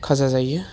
खाजा जायो